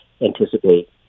anticipate